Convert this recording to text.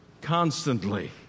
Constantly